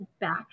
back